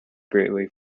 greatly